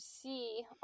see